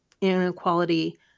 inequality